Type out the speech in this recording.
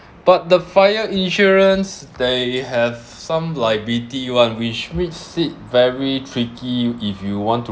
but the fire insurance they have some like B_T one which makes it very tricky if you want to